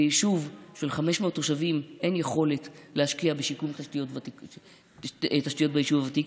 ליישוב של 500 תושבים אין יכולת להשקיע בשיקום תשתיות ביישוב הוותיק.